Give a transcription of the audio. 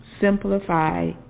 Simplify